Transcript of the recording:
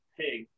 pig